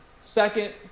Second